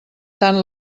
tant